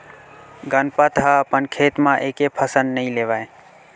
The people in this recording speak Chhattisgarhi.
गनपत ह अपन खेत म एके फसल नइ लेवय